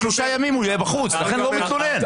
לכן הוא לא מתלונן.